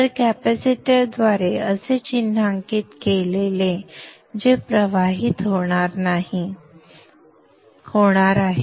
तर कॅपॅसिटरद्वारे असे चिन्हांकित केलेले जे प्रवाहित होणार आहे